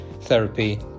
therapy